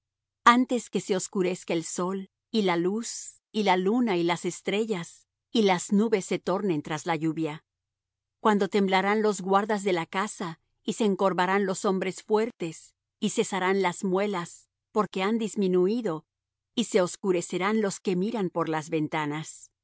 antes que se oscurezca el sol y la luz y la luna y las estrellas y las nubes se tornen tras la lluvia cuando temblarán los guardas de la casa y se encorvarán los hombres fuertes y cesarán las muelas porque han disminuído y se oscurecerán los que miran por las ventanas